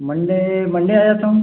Monday Monday आ जाता हूँ